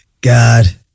God